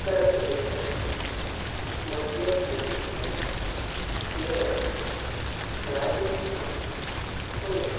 Uttara Pradesh Madhya Pradesh Kerala Rajasthan Manipur